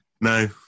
No